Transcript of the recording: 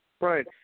Right